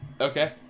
Okay